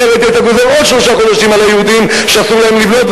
אחרת היית גוזר על היהודים עוד שלושה חודשים שאסור להם לבנות,